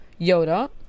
Yoda